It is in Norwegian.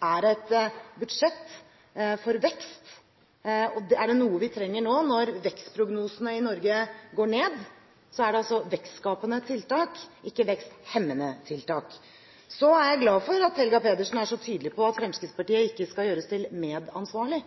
er et budsjett for vekst, og er det noe vi trenger nå, når vekstprognosene i Norge går ned, er det vekstskapende tiltak, ikke veksthemmende tiltak. Så er jeg glad for at Helga Pedersen er så tydelig på at Fremskrittspartiet ikke skal gjøres medansvarlig,